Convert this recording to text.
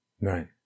Right